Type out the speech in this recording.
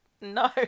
No